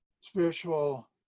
spiritual